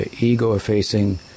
ego-effacing